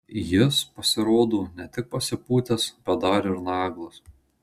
jis pasirodo ne tik pasipūtęs bet dar ir naglas